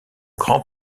grand